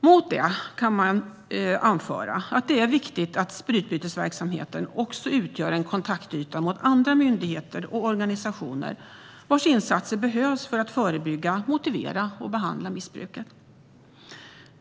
Mot det kan man anföra att det är viktigt att sprututbytesverksamheten utgör en kontaktyta gentemot andra myndigheter och organisationer vars insatser behövs för att motivera och för att förebygga och behandla missbruket.